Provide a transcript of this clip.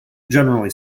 generally